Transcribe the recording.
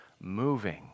Moving